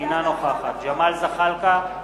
אינה נוכחת ג'מאל זחאלקה,